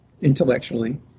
intellectually